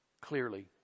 Clearly